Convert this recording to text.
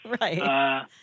Right